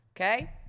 Okay